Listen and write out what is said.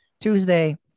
Tuesday